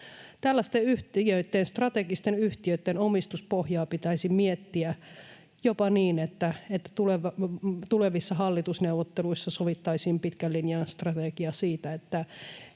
Tällaisten strategisten yhtiöitten omistuspohjaa pitäisi miettiä jopa niin, että tulevissa hallitusneuvotteluissa sovittaisiin pitkän linjan strategia siitä, että